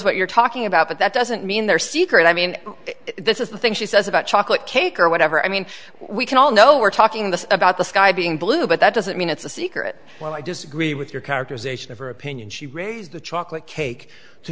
what you're talking about but that doesn't mean they're secret i mean this is the thing she says about chocolate cake or whatever i mean we can all know we're talking this about the sky being blue but that doesn't mean it's a secret well i disagree with your characterization of her opinion she raised the chocolate cake to